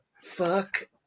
fuck